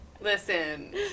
listen